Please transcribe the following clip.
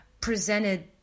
presented